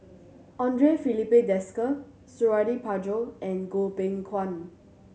Andre Filipe Desker Suradi Parjo and Goh Beng Kwan